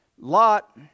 lot